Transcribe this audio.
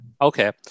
Okay